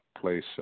place